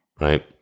right